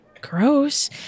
Gross